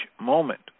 moment